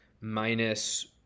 minus